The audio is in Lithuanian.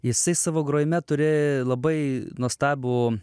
jisai savo grojime turi labai nuostabų